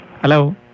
Hello